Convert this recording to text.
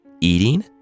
eating